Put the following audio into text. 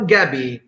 Gabby